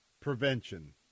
prevention